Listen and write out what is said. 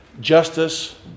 justice